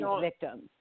victims